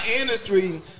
industry